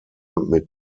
mit